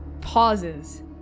pauses